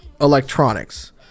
electronics